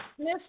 Miss